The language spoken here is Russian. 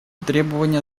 требования